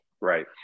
right